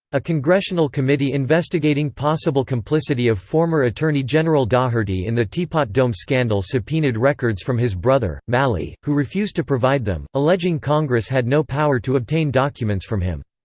a congressional committee investigating possible complicity of former attorney general daugherty in the teapot dome scandal subpoenaed records from his brother, mally, who refused to provide them, alleging congress had no power to obtain documents from him.